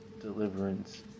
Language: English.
deliverance